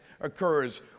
occurs